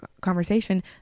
conversation